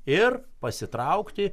ir pasitraukti